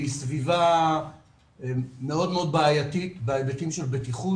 סביבה מאוד מאוד בעייתית בהיבטים של בטיחות,